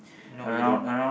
no you don't